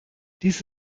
dies